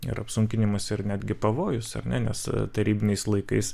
ir apsunkinimas ir netgi pavojus ar ne nes tarybiniais laikais